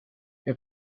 you